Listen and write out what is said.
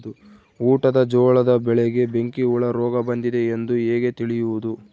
ಊಟದ ಜೋಳದ ಬೆಳೆಗೆ ಬೆಂಕಿ ಹುಳ ರೋಗ ಬಂದಿದೆ ಎಂದು ಹೇಗೆ ತಿಳಿಯುವುದು?